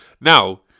Now